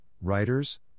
writers